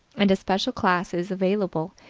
and a special class is available,